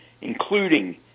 including